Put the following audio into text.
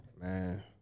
Man